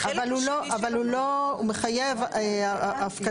אבל הוא לא, הוא לא מחייב הפקדה.